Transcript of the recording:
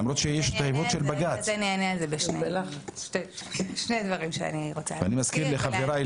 אני מזכיר לחבריי,